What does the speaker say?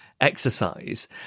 exercise